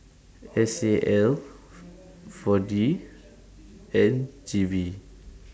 S A L four D and G V